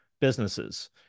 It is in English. businesses